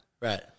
Right